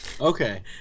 Okay